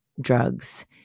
drugs